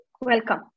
Welcome